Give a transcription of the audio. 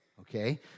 okay